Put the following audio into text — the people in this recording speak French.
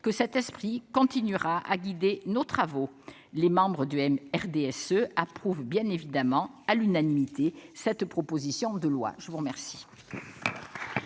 que cet esprit continuera à guider nos travaux. Les membres du RDSE approuvent bien évidemment à l'unanimité cette proposition de loi. La parole